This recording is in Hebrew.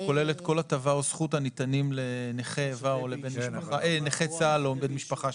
שכולל את 'כל הטבה או זכות הניתנים לנכי צה"ל או בן משפחה'.